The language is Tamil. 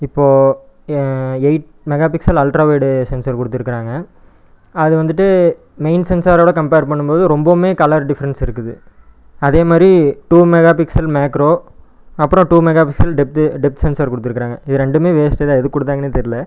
இப்போ eight mega pixel ultra wide sensor கொடுத்துருக்குறாங்க அது வந்துவிட்டு மெயின் சென்சாரோட கம்ப்பேர் பண்ணும் போது ரொம்பவுமே கலர் டிஃப்ரெண்ட்ஸ் இருக்குது அதே மாதிரி டூ மெகா பிக்சல் மேக்ரோ அப்புறம் two mega pixel depth depth sensor கொடுத்துருக்குறாங்க இது ரெண்டுமே வேஸ்ட்டு தான் எதுக்கு கொடுத்தாங்கன்னே தெரில